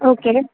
okay